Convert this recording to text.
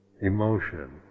emotion